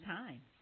time